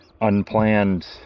unplanned